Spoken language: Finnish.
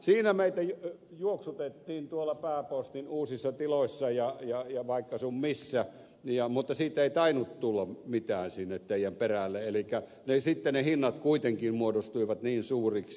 siinä meitä juoksutettiin tuolla pääpostin uusissa tiloissa ja vaikka sun missä mutta siitä ei tainnut tulla mitään sinne teidän perälle elikkä sitten ne hinnat kuitenkin muodostuivat niin suuriksi